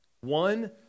One